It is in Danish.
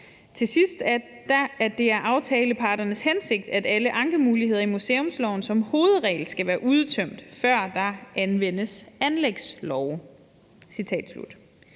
Til sidst står der: »At det er aftaleparternes hensigt, at alle ankemuligheder i museumsloven som hovedregel skal være udtømt, før der evt. anvendes anlægslove.«